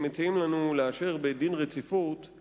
שמציעים לנו לאשר בדין רציפות,